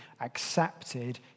accepted